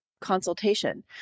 consultation